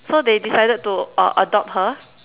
so they decided to uh adopt her